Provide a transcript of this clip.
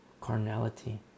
Carnality